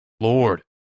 Lord